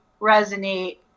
resonate